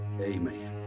amen